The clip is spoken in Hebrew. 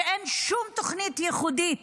שאין שום תוכנית ייחודית